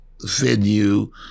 venue